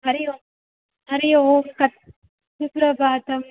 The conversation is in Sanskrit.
हरिः ओम् हरिः ओं कथं सुप्रभातम्